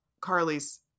Carly's